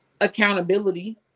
accountability